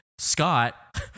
Scott